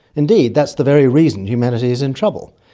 indeed, that's the very reason humanity is in trouble.